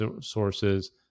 sources